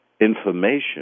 information